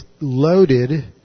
loaded